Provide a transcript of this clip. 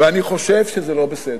ואני חושב שזה לא בסדר.